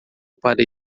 para